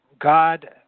God